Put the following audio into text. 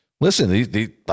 Listen